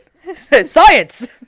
science